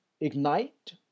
ignite